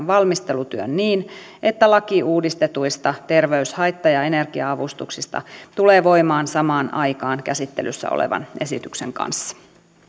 valmistelutyön niin että laki uudistetuista terveyshaitta ja energia avustuksista tulee voimaan samaan aikaan käsittelyssä olevan esityksen kanssa